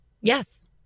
Yes